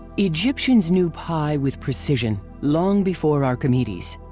egyptians knew pi with precision, long before archimedes.